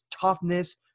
toughness